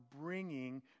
bringing